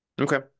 Okay